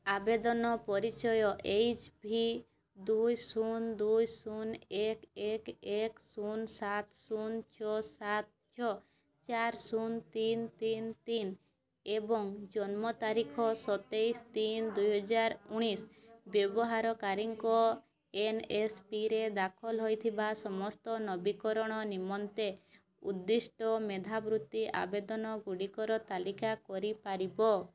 ଆବେଦନ ପରିଚୟ H V ଦୁଇ ଶୂନ ଦୁଇ ଶୂନ ଏକ ଏକ ଏକ ଶୂନ ସାତ ଶୂନ ଛଅ ସାତ ଛଅ ଚାରି ଶୂନ ତିନି ତିନି ତିନି ଏବଂ ଜନ୍ମ ତାରିଖ ସତେଇଶି ତିନି ଦୁଇହଜାର ଉଣେଇଶି ବ୍ୟବହାରକାରୀଙ୍କ ଏନ୍ଏସ୍ପିରେ ଦାଖଲ ହେଇଥିବା ସମସ୍ତ ନବୀକରଣ ନିମନ୍ତେ ଉଦ୍ଦିଷ୍ଟ ମେଧାବୃତ୍ତି ଆବେଦନଗୁଡ଼ିକର ତାଲିକା କରିପାରିବ